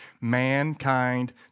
mankind